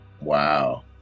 Wow